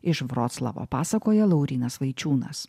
iš vroclavo pasakoja laurynas vaičiūnas